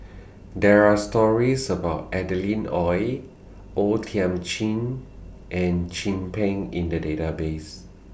There Are stories about Adeline Ooi O Thiam Chin and Chin Peng in The Database